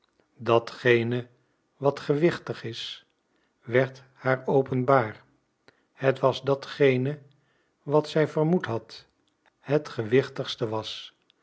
datgene wat gewichtig is werd haar openbaar het was datgene wat zij vermoed had het gewichtigste was